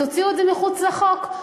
תוציאו את זה מחוץ לחוק.